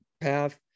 path